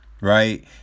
Right